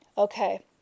Okay